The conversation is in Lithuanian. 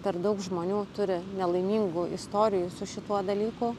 per daug žmonių turi nelaimingų istorijų su šituo dalyku